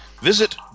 visit